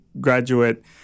graduate